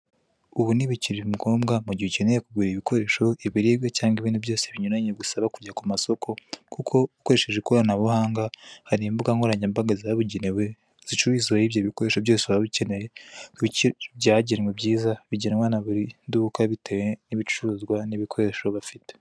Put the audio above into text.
Ubu ntibikiri ngombwa mu gihe ukeneye kugura ibikoresho, ibiribwa cyangwa ibindi byose binyuranye bigusaba kujya ku masoko, kuko ukoresheje ikoranabuhanga, hari imbuga nkoranyambaga zabugenewe zicururizwaho ibyo bikoresho byose waba ukeneye byagenwe byiza bigenwa na buri duka bitewe n'ibicuruzwa n'ibikoresho bafite.